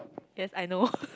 yes I know